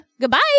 Goodbye